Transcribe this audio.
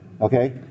Okay